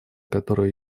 которую